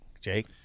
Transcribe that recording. Jake